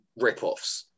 ripoffs